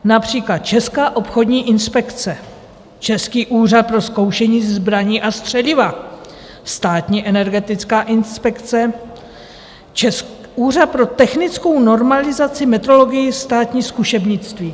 Například Česká obchodní inspekce, Český úřad pro zkoušení zbraní a střeliva, Státní energetická inspekce, Úřad pro technickou normalizaci, metrologii a státní zkušebnictví.